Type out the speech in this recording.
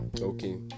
okay